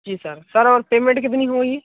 जी sir sir और payment कितनी की होएगी